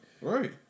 right